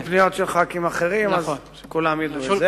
אז שכולם ידעו.